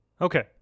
okay